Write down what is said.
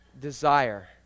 desire